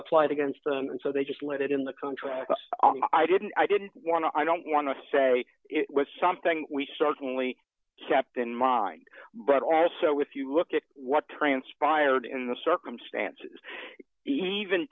applied against them and so they just let it in the contract i didn't i didn't want to i don't want to say it was something we certainly kept in mind but also with you look at what transpired in the circumstances even